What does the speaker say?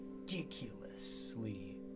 ridiculously